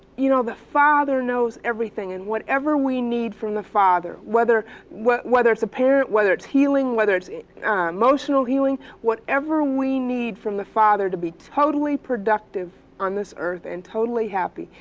you know, the father knows everything and whatever we need from the father, whether whether it's a parent, whether it's healing, whether it's emotional healing, whatever we need from the father to be totally productive on this earth and totally happy,